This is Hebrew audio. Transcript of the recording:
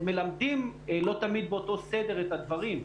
מלמדים לא תמיד באותו סדר את הדברים,